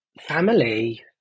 Family